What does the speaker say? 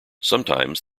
sometimes